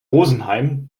rosenheim